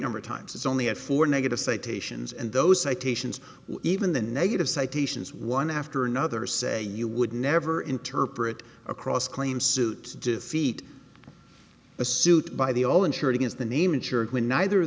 number of times it's only had four negative citations and those citations even the negative citations one after another say you would never interpret across claim suit to defeat a suit by the all insured against the name insurer when neither of